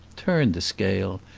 turned the scale,